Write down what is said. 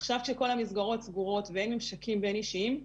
עכשיו כשכל המסגרות סגורות ואין ממשקים בין אישיים,